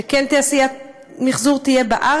שכן תהיה תעשיית מחזור בארץ,